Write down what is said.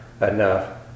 enough